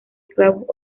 esclavos